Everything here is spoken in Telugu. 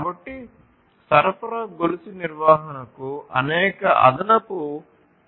కాబట్టి సరఫరా గొలుసు నిర్వహణకు అనేక అదనపు పర్యావరణ సమస్యలు ఉన్నాయి